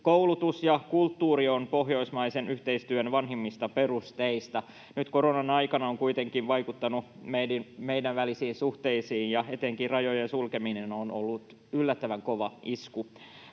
koulutus ja kulttuuri ovat pohjoismaisen yhteistyön vanhimpia perusteita. Nyt korona-aika on kuitenkin vaikuttanut meidän välisiin suhteisiin, ja etenkin rajojen sulkeminen on ollut yllättävän kova isku.